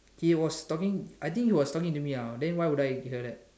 he was talking I think he was talking to me ah then why would I hear that